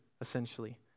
essentially